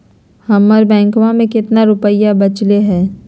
हमर बैंकवा में कितना रूपयवा बचल हई?